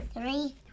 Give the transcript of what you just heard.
Three